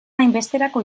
hainbesterako